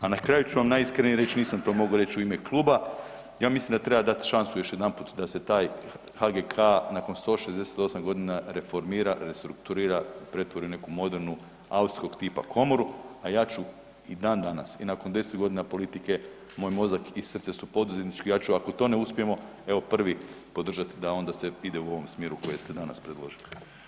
A na kraju ću vam najiskrenije reći, nisam to mogao reći u ime Kluba, ja mislim da treba dati šansu još jedanput da se taj HGK-a nakon 168 godina reformira, restrukturira i pretvori u neku modernu austrijskog tipa komoru, a ja ću i dan danas i nakon 10 godina politike moj mozak i srce su poduzetnički, ja ću ako to ne uspijemo evo prvi podržati da onda se ide u ovom smjeru koje ste danas predložili.